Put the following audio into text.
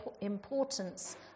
importance